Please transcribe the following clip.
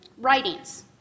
writings